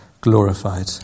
glorified